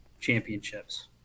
championships